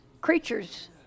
creatures